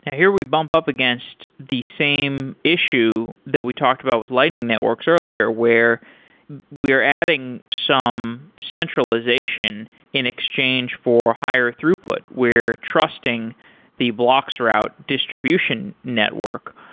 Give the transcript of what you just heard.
here we bump against the same issue that we talked about with lightning networks earlier, where we are adding some centralization in exchange for higher throughput, where trusting the bloxroute distribution network.